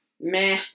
Meh